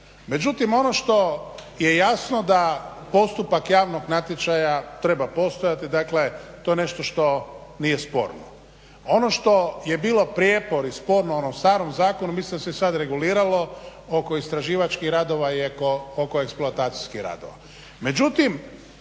Međutim, ono što je jasno da postupak javnog natječaja treba postojati. Dakle, to je nešto što nije sporno. A ono što je bilo prijepor i sporno u onom starom zakonu mislim da se sad reguliralo oko istraživačkih radova i oko eksploatacijskih radova.